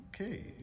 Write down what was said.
Okay